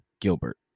Gilbert